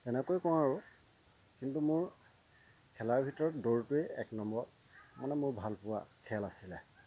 এনেকৈ কওঁ আৰু কিন্তু মোৰ খেলাৰ ভিতৰত দৌৰটোৱে এক নম্বৰ মানে মোৰ ভালপোৱা খেল আছিলে